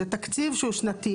זה תקציב שהוא שנתי,